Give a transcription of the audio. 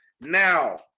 now